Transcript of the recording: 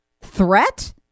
threat